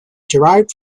derived